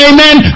Amen